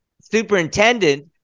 superintendent